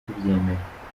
tubyemera